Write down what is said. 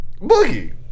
Boogie